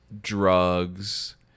drugs